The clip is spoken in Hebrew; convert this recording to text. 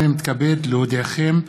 הינני מתכבד להודיעכם,